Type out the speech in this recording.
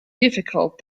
difficult